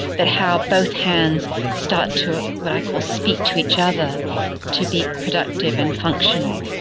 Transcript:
but how both hands start to what i call speak to each other to be productive and functional.